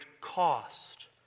cost